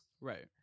right